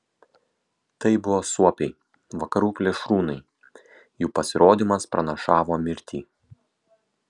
tai buvo suopiai vakarų plėšrūnai jų pasirodymas pranašavo mirtį